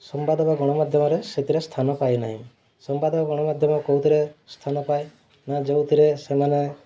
ସମ୍ବାଦ ବା ଗଣମାଧ୍ୟମରେ ସେଥିରେ ସ୍ଥାନ ପାଇ ନାହିଁ ସମ୍ବାଦ ବା ଗଣମାଧ୍ୟମ କେଉଁଥିରେ ସ୍ଥାନ ପାଏ ନା ଯେଉଁଥିରେ ସେମାନେ